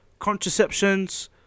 contraceptions